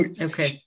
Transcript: Okay